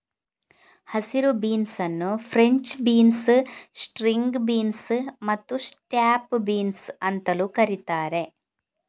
ಹಸಿರು ಬೀನ್ಸ್ ಅನ್ನು French beans, string beans ಮತ್ತು ಸ್ನ್ಯಾಪ್ ಬೀನ್ಸ್ ಅಂತಲೂ ಕರೀತಾರೆ